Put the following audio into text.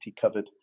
covered